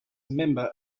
member